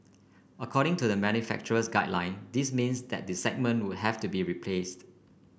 according to the manufacturer's guideline this means that the segment would have to be replaced